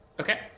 Okay